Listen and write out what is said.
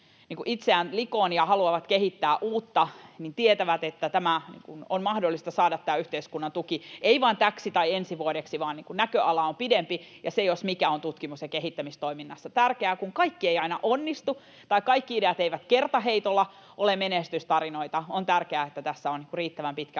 itseään likoon ja haluavat kehittää uutta, tietävät, että tämä yhteiskunnan tuki on mahdollista saada ei vain täksi tai ensi vuodeksi vaan näköala on pidempi, ja se jos mikä on tutkimus- ja kehittämistoiminnassa tärkeää, kun kaikki ei aina onnistu tai kaikki ideat eivät kertaheitolla ole menestystarinoita. On tärkeää, että tässä on riittävän pitkä